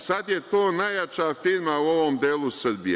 Sad je to najjača firma u ovom delu Srbije.